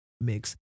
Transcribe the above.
mix